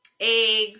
Eggs